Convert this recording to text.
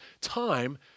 time